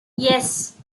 yes